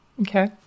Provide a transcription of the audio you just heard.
okay